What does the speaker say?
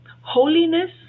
holiness